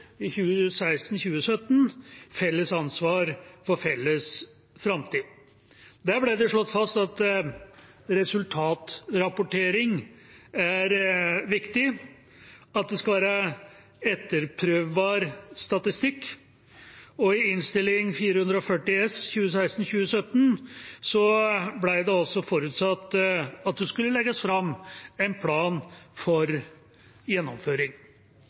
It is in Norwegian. Felles ansvar for felles framtid. Der ble det slått fast at resultatrapportering er viktig, at det skal være etterprøvbar statistikk, og i Innst. 440 S for 2016–2017 ble det forutsatt at det skulle legges fram en plan for gjennomføring.